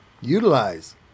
utilize